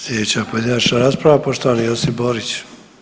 Slijedeća pojedinačna rasprava poštovani Josip Borić.